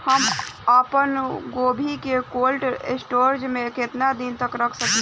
हम आपनगोभि के कोल्ड स्टोरेजऽ में केतना दिन तक रख सकिले?